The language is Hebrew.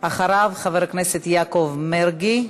אחריו, חבר הכנסת יעקב מרגי.